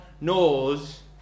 knows